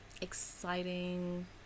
exciting